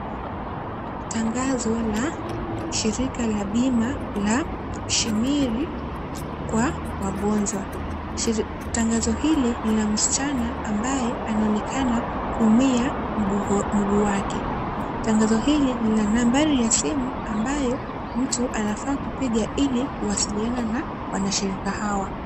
Tangazo la shirika la bima la Shimiri kwa wagonjwa. Tangazo hili lina msichana ambaye anaonekana kuumia mguu wake. Tangazo hili lina nambari ya simu ambayo mtu anafaa kupiga ili kuwasiliana na wanashirika hawa.